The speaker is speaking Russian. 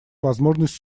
возможность